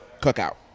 cookout